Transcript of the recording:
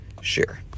share